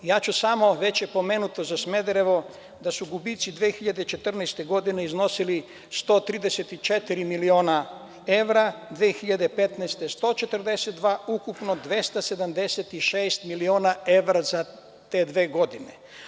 Već je pomenuto za Smederevo da su gubici 2014. godine iznosili 134 miliona evra, 2015. godine 142, ukupno 276 miliona evra za te dve godine.